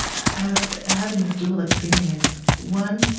i was having this dual experience. one,